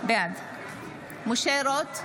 בעד משה רוט,